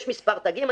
יש מספר תגים.